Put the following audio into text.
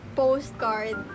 postcard